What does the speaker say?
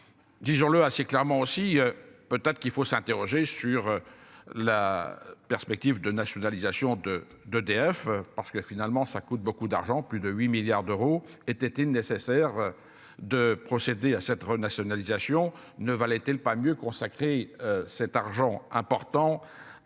Disons-le assez clairement aussi peut-être qu'il faut s'interroger sur. La perspective de nationalisation de d'EDF parce que finalement ça coûte beaucoup d'argent, plus de 8 milliards d'euros. Était-il nécessaire. De procéder à cette renationalisation ne va été le pas mieux consacrer cet argent important à